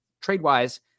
trade-wise